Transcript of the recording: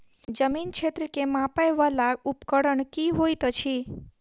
जमीन क्षेत्र केँ मापय वला उपकरण की होइत अछि?